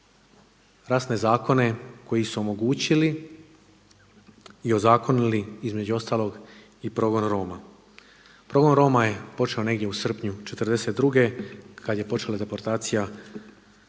rasne zakone koji su omogućili i ozakonili između ostalog i progon Roma. Progon Roma je počeo negdje u srpnju '42. kada je počela deportacija Roma